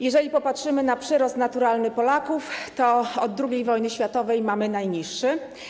Jeżeli popatrzymy na przyrost naturalny Polaków, to od II wojny światowej mamy najniższy.